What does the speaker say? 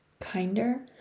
kinder